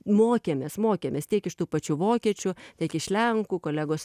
mokėmės mokėmės tiek iš tų pačių vokiečių tiek iš lenkų kolegos